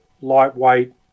lightweight